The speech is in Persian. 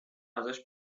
ازش